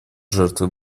жертвой